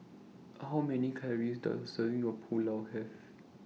How Many Calories Does A Serving of Pulao Have